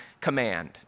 command